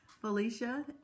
felicia